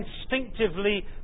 instinctively